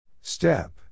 Step